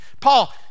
Paul